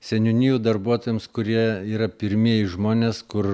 seniūnijų darbuotojams kurie yra pirmieji žmonės kur